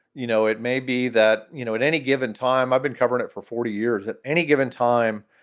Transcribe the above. you know, it may be that, you know, at any given time i've been covering it for forty years, at any given time,